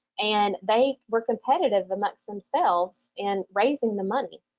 and they were competitive amongst themselves and raising the money,